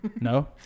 No